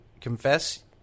confess